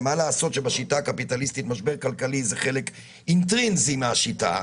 ומה לעשות שבשיטה הקפיטליסטית משבר כלכלי זה חלק אינטרינזי מהשיטה,